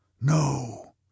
No